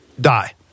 die